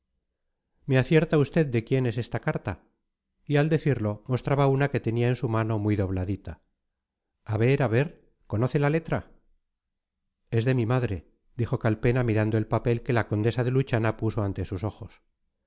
me acierta usted de quién es esta carta y al decirlo mostraba una que tenía en su mano muy dobladita a ver a ver conoce la letra es de mi madre dijo calpena mirando el papel que la condesa de luchana puso ante sus ojos